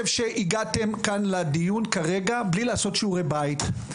הגעתם לדיון כאן כרגע בלי לעשות שיעורי בית,